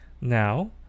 Now